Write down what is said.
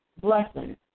blessing